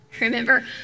Remember